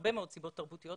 מהרבה מאוד סיבות תרבותיות.